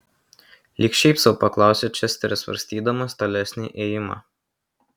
lyg šiaip sau paklausė česteris svarstydamas tolesnį ėjimą